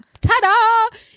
ta-da